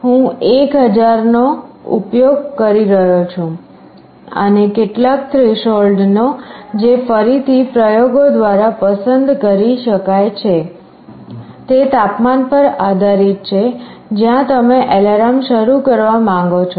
હું 1000 નો ઉપયોગ કરી રહ્યો છું અને કેટલાક થ્રેશોલ્ડનો જે ફરીથી પ્રયોગો દ્વારા પસંદ કરી શકાય છે તે તાપમાન પર આધારીત છે જ્યાં તમે એલાર્મ શરૂ કરવા માંગો છો